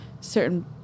Certain